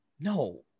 No